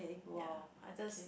ya I just